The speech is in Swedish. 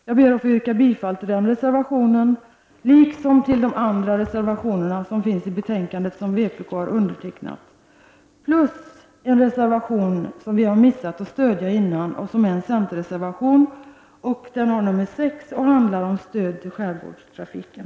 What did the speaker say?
Jag ber att få yrka bifall till den reservationen liksom till de andra reservationerna i betänkandet som är undertecknade av vpk. Dessutom yrkar jag bifall till en centerreservation, som vi tidigare har missat att yrka bifall till. Den har nr 6 och handlar om stöd till skärgårdstrafiken.